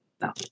No